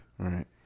Right